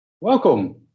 Welcome